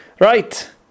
Right